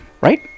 Right